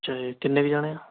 ਅੱਛਾ ਜੀ ਕਿੰਨੇ ਕੁ ਜਣੇ ਆ